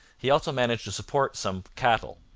he also managed to support some cattle.